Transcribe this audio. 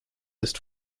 ist